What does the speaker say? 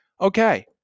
okay